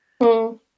-hmm